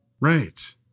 Right